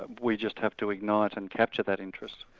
we just have to ignite and capture that interest.